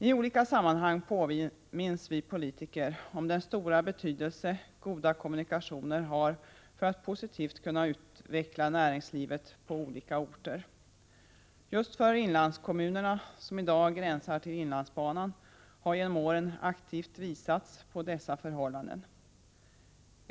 I olika sammanhang påminns vi politiker om den stora betydelse som goda kommunikationer har när det gäller att positivt kunna utveckla näringslivet på olika orter. Just i de inlandskommuner som i dag gränsar till inlandsbanan har genom åren aktivt visats på dessa förhållanden.